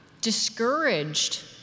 discouraged